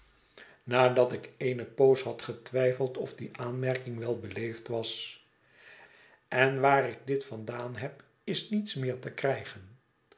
overlaten had getwijfeld of die aanmerking wel beleefd was en waar ik dit vandaan heb is niets meer te krijgen